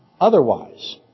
Otherwise